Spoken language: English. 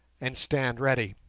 and stand ready.